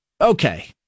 Okay